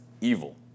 evil